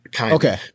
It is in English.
Okay